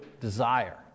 desire